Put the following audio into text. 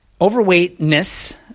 overweightness